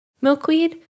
milkweed